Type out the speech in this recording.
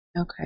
Okay